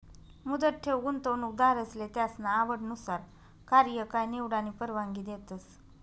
मुदत ठेव गुंतवणूकदारसले त्यासना आवडनुसार कार्यकाय निवडानी परवानगी देतस